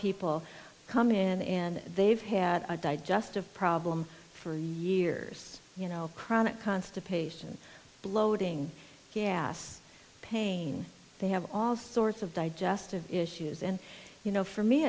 people come in and they've had digestive problems for years you know chronic constipation bloating gas pain they have all sorts of digestive issues and you know for me